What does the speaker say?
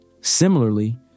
Similarly